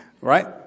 Right